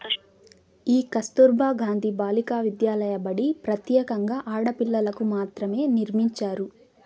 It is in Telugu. ఈ కస్తుర్బా గాంధీ బాలికా విద్యాలయ బడి ప్రత్యేకంగా ఆడపిల్లలకు మాత్రమే నిర్మించారు